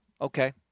Okay